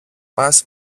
πας